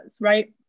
right